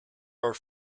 are